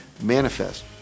manifest